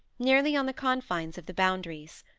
nearly on the confines of the boundaries.